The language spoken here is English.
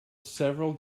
several